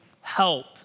help